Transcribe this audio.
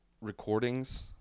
recordings